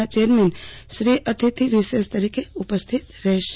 ના ચેરમેન શ્રી અતિથિવિશેષ તરીકે ઉપસ્થિત રહેશે